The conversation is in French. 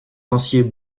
lancier